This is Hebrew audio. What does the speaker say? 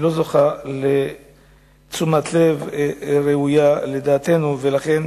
היא לא זוכה לתשומת לב ראויה לדעתנו, ולכן